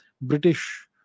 British